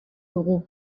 dugu